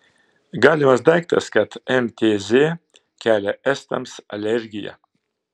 galimas daiktas kad mtz kelia estams alergiją